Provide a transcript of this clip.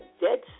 dead